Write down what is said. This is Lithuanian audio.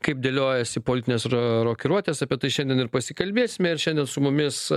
kaip dėliojasi politinės ro rokiruotės apie tai šiandien ir pasikalbėsime ir šiandien su mumis